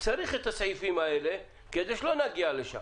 צריך את הסעיפים האלה כדי שלא נגיע לשם.